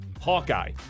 Hawkeye